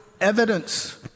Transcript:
evidence